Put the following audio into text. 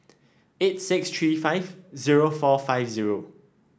eight six three five zero four five zero